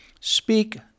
speak